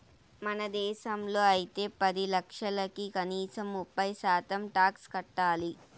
మన దేశంలో అయితే పది లక్షలకి కనీసం ముప్పై శాతం టాక్స్ కట్టాలి